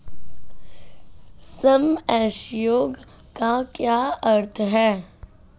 सम assured का क्या अर्थ है?